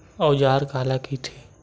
औजार काला कइथे?